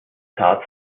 tat